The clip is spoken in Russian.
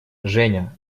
женя